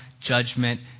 judgment